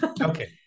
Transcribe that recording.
Okay